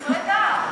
דברים של טעם.